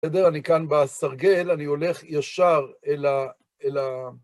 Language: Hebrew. בסדר, אני כאן בסרגל, אני הולך ישר אל ה... אל ה...